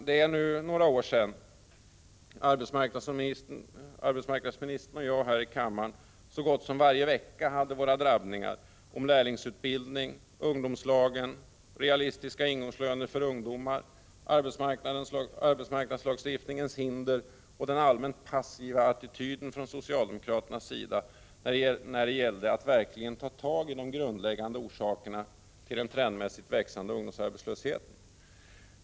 Det är nu några år sedan arbetsmarknadsministern och jag här i kammaren så gott som varje vecka hade våra drabbningar om lärlingsutbildning, ungdomslagen, realistiska ingångslöner för ungdomar, arbetsmarknadslagstiftningens hinder och den allmänt passiva attityden från socialdemokraternas sida att verkligen ta tag i de grundläggande orsakerna till den trendmässigt växande ungdomsarbetslösheten.